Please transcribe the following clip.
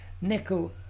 nickel